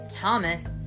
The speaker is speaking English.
Thomas